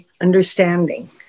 understanding